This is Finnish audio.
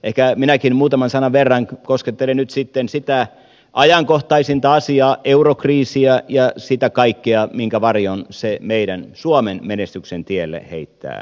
ehkä minäkin muutaman sanan verran koskettelen nyt sitä ajankohtaisinta asiaa eurokriisiä ja sitä kaikkea minkä varjon se meidän suomen menestyksen tielle heittää